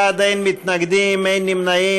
בעד, 19, אין מתנגדים, אין נמנעים.